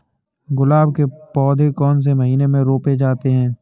गुलाब के पौधे कौन से महीने में रोपे जाते हैं?